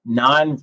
non